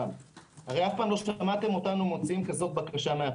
אף פעם לא שמענו אותנו מבקשים דבר כזה.